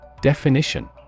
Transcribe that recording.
Definition